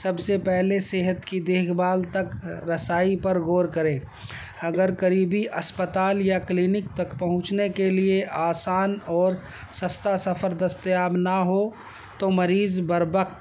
سب سے پہلے صحت کی دیکھ بھال تک رسائی پر غور کریں اگر قریبی اسپتال یا کلینک تک پہنچنے کے لیے آسان اور سستا سفر دستیاب نہ ہو تو مریض بروقت